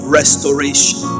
restoration